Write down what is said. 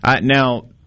Now